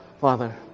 Father